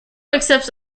accepts